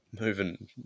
moving